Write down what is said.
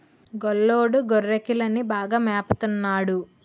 గొల్లోడు గొర్రెకిలని బాగా మేపత న్నాడు